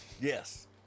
yes